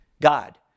God